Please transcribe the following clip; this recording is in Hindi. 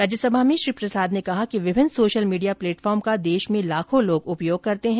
राज्यसभा में श्री प्रसाद ने कहा कि विभिन्न सोशल मीडिया प्लेटफार्म का देश में लाखों लोग उपयोग करते हैं